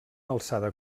alçada